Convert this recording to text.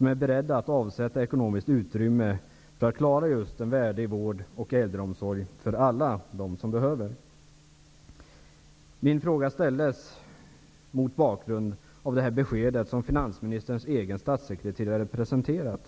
är berett att avsätta ekonomiskt utrymme för att klara en värdig vård och äldreomsorg för alla som behöver. Min fråga ställdes mot bakgrund av det besked som finansministerns egen statssekreterare presenterade.